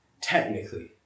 technically